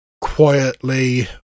quietly